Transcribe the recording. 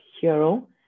hero